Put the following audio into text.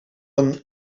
een